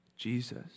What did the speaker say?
Jesus